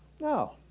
No